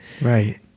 Right